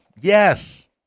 Yes